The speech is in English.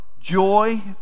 joy